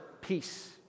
peace